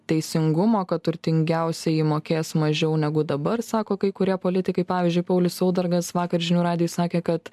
teisingumo kad turtingiausieji mokės mažiau negu dabar sako kai kurie politikai pavyzdžiui paulius saudargas vakar žinių radijui sakė kad